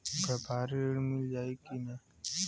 व्यापारी ऋण मिल जाई कि ना?